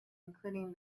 including